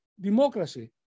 democracy